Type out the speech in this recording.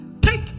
take